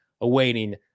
awaiting